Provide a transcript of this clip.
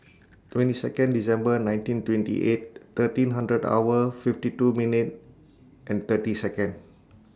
twenty Second December nineteen twenty eight thirteen hundred hour fifty two minute and thirty Second